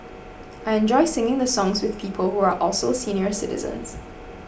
I enjoy singing the songs with people who are also senior citizens